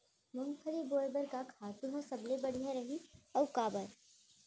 मूंगफली बोए बर का खातू ह सबले बढ़िया रही, अऊ काबर?